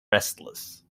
restless